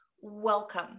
welcome